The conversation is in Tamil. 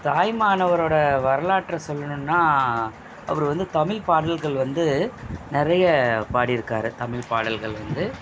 தாயுமானவரோடய வரலாற்றை சொல்லணுன்னால் அவரு வந்து தமிழ் பாடல்கள் வந்து நிறைய பாடி இருக்கார் தமிழ் பாடல்கள் வந்து